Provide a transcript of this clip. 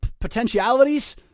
potentialities